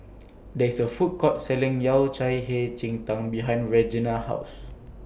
There IS A Food Court Selling Yao Cai Hei Jin Tang behind Regena's House